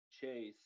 chase